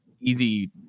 easy